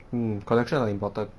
mm connections are important